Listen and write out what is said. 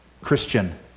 Christian